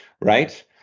right